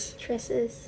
tresses